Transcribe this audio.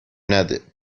نده